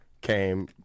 came